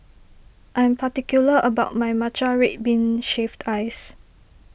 I am particular about my Matcha Red Bean Shaved Ice